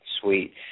sweet